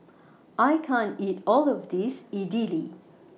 I can't eat All of This Idili